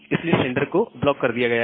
इसलिए सेंडर को ब्लॉक कर दिया गया है